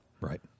Right